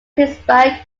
pittsburgh